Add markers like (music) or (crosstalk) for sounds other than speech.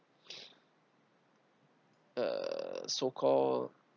(noise) uh so call